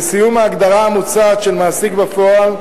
לסיום, ההגדרה המוצעת של "מעסיק בפועל"